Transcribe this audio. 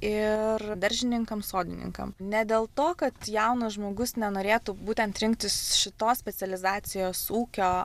ir daržininkam sodininkam ne dėl to kad jaunas žmogus nenorėtų būtent rinktis šitos specializacijos ūkio